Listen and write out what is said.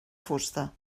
fusta